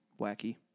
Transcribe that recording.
wacky